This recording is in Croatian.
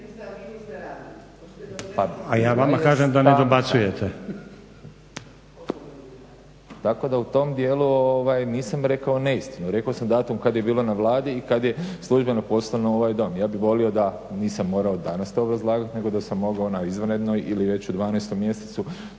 A ja vama kažem da ne dobacujete./ … Tako da u tom dijelu nisam rekao neistinu, rekao sam datum kad je bilo na Vladi i kad je službeno poslano u ovaj Dom. Ja bih volio da nisam morao danas to obrazlagati, nego da sam mogao na izvanrednoj ili već u 12. mjesecu